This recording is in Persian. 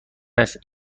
است